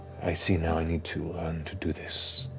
i see now i need to learn to do this